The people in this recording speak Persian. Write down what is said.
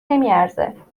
نمیارزه